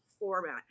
format